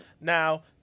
Now